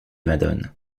madone